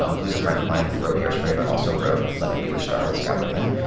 um who's a friend of mine who wrote hairspray but also wrote let me be your star with scott wittman,